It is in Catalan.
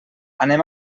anem